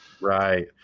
Right